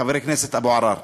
חבר הכנסת אבו עראר,